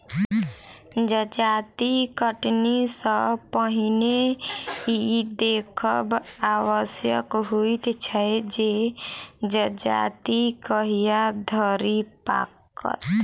जजाति कटनी सॅ पहिने ई देखब आवश्यक होइत छै जे जजाति कहिया धरि पाकत